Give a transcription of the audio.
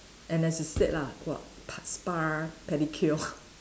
and as you said lah what pa~ spa pedicure